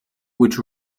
which